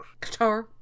qatar